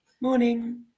morning